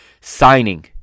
signing